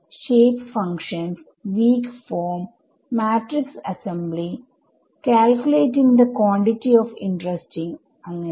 shape functions weak form matrix assembly calculating the quantity of interesting അങ്ങനെ